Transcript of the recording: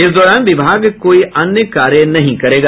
इस दौरान विभाग कोई अन्य कार्य नहीं करेगा